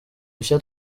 dushya